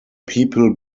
people